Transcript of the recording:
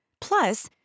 Plus